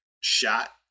shot